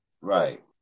Right